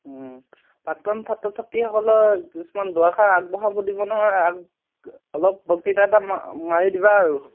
প্ৰাক্তন ছাত্ৰ ছাত্ৰীসকলৰ কিছুমান দুআষাৰ আগবঢ়াব দিব নহয় আগ অলপ বক্তৃতা এটা মাৰি দিবা আৰু